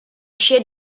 scia